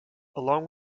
along